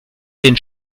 den